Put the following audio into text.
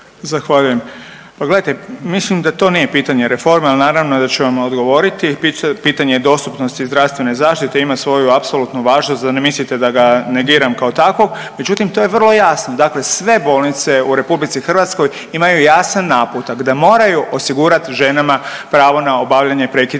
Zahvaljujem. Pa gledajte, mislim da to nije pitanje reforme ali naravno da ću vam odgovoriti. Pitanje dostupnosti zdravstvene zaštite ima svoju apsolutnu važnost da ne mislite da ga negiram kao takvog. Međutim, to je vrlo jasno. Dakle, sve bolnice u Republici Hrvatskoj imaju jasan naputak da moraju osigurati ženama pravo na obavljanje prekida